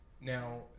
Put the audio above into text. Now